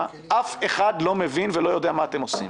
אף אחד לא מבין ולא יודע מה אתם עושים.